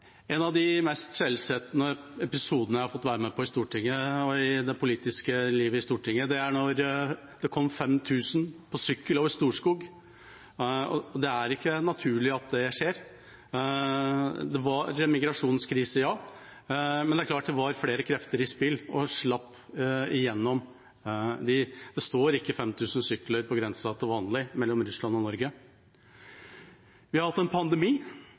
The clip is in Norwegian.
En av de mest skjellsettende episodene jeg har fått være med på i Stortinget og i det politiske liv i Stortinget, er da det kom 5 000 på sykkel over Storskog. Det er ikke naturlig at det skjer. Det var migrasjonskrise, ja, men det er klart det var flere krefter i spill som slapp gjennom. Det står ikke 5 000 sykler på grensa mellom Russland og Norge til vanlig. Vi har hatt en pandemi.